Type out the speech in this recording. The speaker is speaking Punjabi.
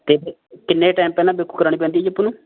ਅਤੇ ਕਿੰਨੇ ਟਾਈਮ ਪਹਿਲਾਂ ਬੁੱਕ ਕਰਵਾਉਣੀ ਪੈਂਦੀ ਜੀ ਆਪਾਂ ਨੂੰ